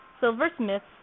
silversmiths